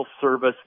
service